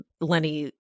Lenny